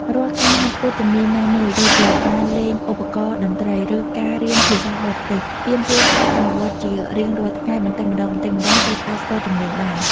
រាល់ ការហាត់ពត់ជំនាញណាមួយ ដូចជាការលេងឧបករណ៍តន្ត្រី ឬការរៀនភាសាបរទេស ទាមទារការអនុវត្តជារៀងរាល់ថ្ងៃម្ដងបន្តិចៗ ទើបអាចស្ទាត់ជំនាញបាន។